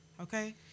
okay